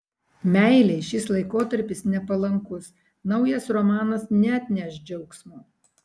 meilei šis laikotarpis nepalankus naujas romanas neatneš džiaugsmo